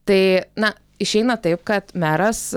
taai na išeina taip kad meras